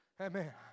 Amen